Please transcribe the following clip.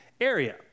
area